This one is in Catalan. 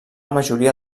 majoria